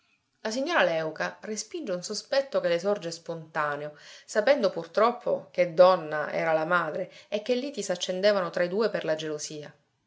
la signora léuca respinge un sospetto che le sorge spontaneo sapendo purtroppo che donna era la madre e che liti s'accendevano tra i due per la gelosia